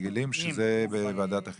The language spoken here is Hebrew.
יצירת סדר יום